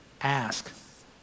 ask